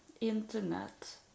internet